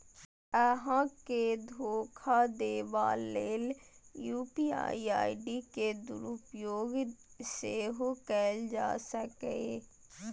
अहां के धोखा देबा लेल यू.पी.आई आई.डी के दुरुपयोग सेहो कैल जा सकैए